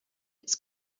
its